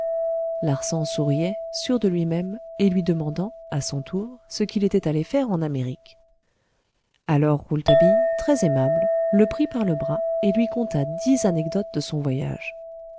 larsan souriait sûr de lui-même et lui demandait à son tour ce qu'il était allé faire en amérique alors rouletabille très aimable le prit par le bras et lui conta dix anecdotes de son voyage